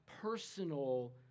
personal